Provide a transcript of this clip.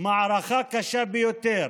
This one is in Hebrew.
מערכה קשה ביותר